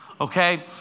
okay